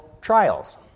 trials